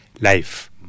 life